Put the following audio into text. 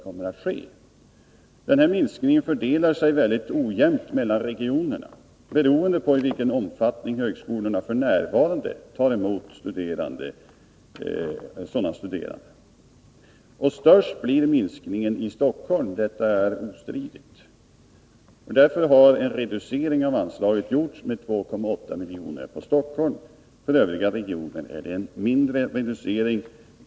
Denna minskning fördelar sig mycket ojämnt mellan regionerna, beroende på i vilken omfattning högskolorna f. n. tar emot sådana studerande. Störst blir minskningen i Stockholm. Det är ostridigt. Därför har en reducering av anslaget gjorts med 2,8 miljoner för Stockholm. För övriga regioner är det fråga om en mindre reducering.